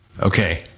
Okay